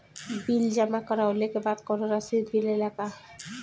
Bill जमा करवले के बाद कौनो रसिद मिले ला का?